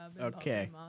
okay